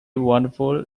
wonderful